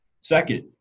second